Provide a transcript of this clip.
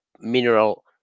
mineral